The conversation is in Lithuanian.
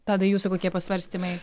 tadai jūsų kokie pasvarstymai